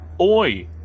Oi